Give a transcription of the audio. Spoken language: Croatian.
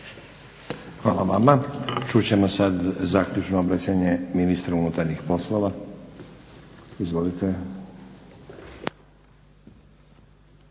Hvala vama. Čut ćemo sad zaključno obraćanje ministra unutarnjih poslova. Izvolite.